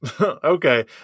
Okay